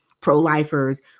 pro-lifers